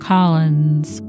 Collins